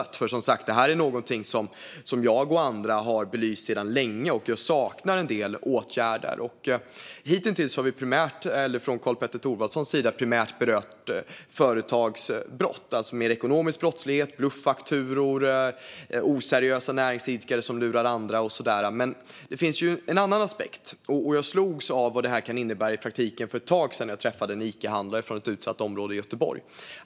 Det här är som sagt någonting som jag och andra har belyst sedan länge, och jag saknar en del åtgärder. Hitintills har Karl-Petter Thorwaldsson primärt berört företags brott, alltså mer ekonomisk brottslighet, bluffakturor, oseriösa näringsidkare som lurar andra och så vidare. Men det finns också en annan aspekt. Jag slogs av vad det kan innebära i praktiken för ett tag sedan när jag träffade en Icahandlare från ett utsatt område i Göteborg.